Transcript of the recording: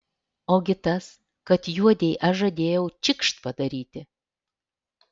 ogi tas kad juodei aš žadėjau čikšt padaryti